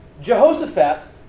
Jehoshaphat